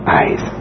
eyes